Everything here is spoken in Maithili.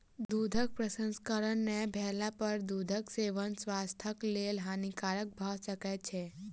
दूधक प्रसंस्करण नै भेला पर दूधक सेवन स्वास्थ्यक लेल हानिकारक भ सकै छै